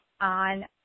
on